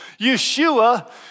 Yeshua